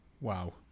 Wow